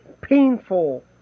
painful